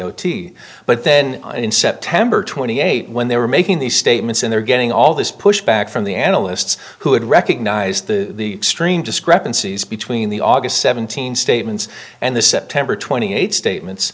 o t but then in september twenty eight when they were making these statements and they're getting all this pushback from the analysts who had recognized the strain discrepancies between the aug seventeenth statements and the september twenty eighth statements